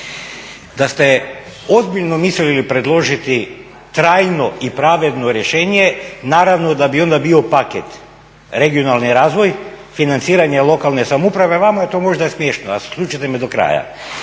Da ste ozbiljno mislili predložiti trajno i pravedno rješenje naravno da bi onda bio paket regionalni razvoj, financiranje lokalne samouprave. Vama je to možda smiješno, ali slušajte me do kraja.